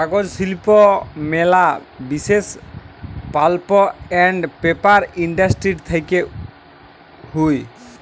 কাগজ শিল্প ম্যালা বিসেস পাল্প আন্ড পেপার ইন্ডাস্ট্রি থেক্যে হউ